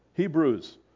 Hebrews